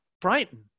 Brighton